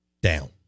down